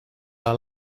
are